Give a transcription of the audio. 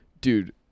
dude